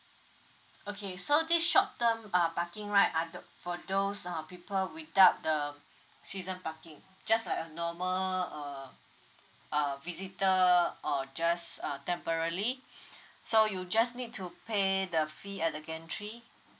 okay so this short term uh parking right are tho~ for those uh people without the season parking just like a normal uh uh visitor or just uh temporally so you just need to pay the fee at the gantry